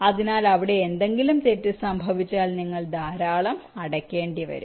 അതിനാൽ അവിടെ എന്തെങ്കിലും തെറ്റ് സംഭവിച്ചാൽ നിങ്ങൾ ധാരാളം അടയ്ക്കേണ്ടിവരും